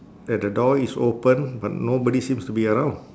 that the door is open but nobody seems to be around